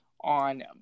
on